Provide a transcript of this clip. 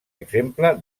exemple